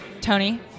Tony